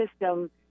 system